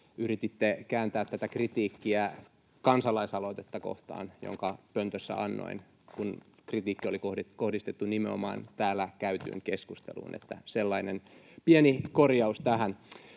yrititte kääntää tätä kritiikkiä, jonka pöntössä annoin, kansalaisaloitetta kohtaan, kun kritiikki oli kohdistettu nimenomaan täällä käytyyn keskusteluun. Että sellainen pieni korjaus tähän.